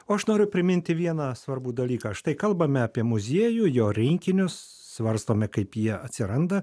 o aš noriu priminti vieną svarbų dalyką štai kalbame apie muziejų jo rinkinius svarstome kaip jie atsiranda